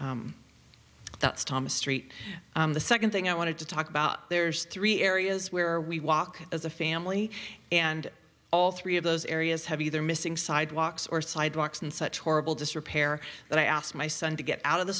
that's thomas street the second thing i wanted to talk about there's three areas where we walk as a family and all three of those areas have either missing sidewalks or sidewalks in such horrible disrepair but i asked my son to get out of the